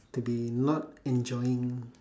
to be not enjoying